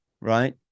right